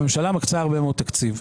הממשלה מקצה הרבה מאוד תקציב.